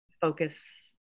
focus